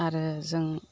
आरो जों